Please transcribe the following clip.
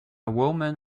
woman